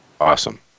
awesome